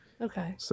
Okay